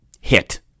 hit